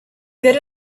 good